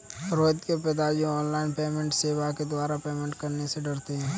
रोहित के पिताजी online payment सेवा के द्वारा पेमेंट करने से डरते हैं